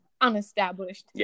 unestablished